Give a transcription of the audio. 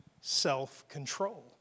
self-control